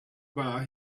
bar